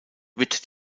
wird